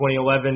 2011